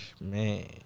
Man